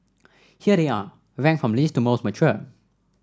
here they are ranked from least to most mature